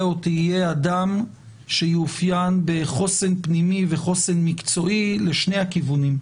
או תהיה אדם שיאופיין בחוסן פנימי ובחוסן מקצועי לשני הכיוונים,